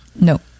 No